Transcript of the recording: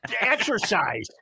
exercise